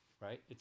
right